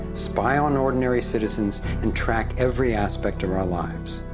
spy on ordinary citizens, and track every aspect of our lives.